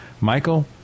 michael